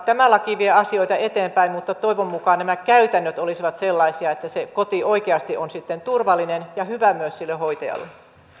tämä laki vie asioita eteenpäin mutta toivon mukaan nämä käytännöt olisivat sellaisia että se koti oikeasti on sitten turvallinen ja hyvä myös sille hoitajalle sitten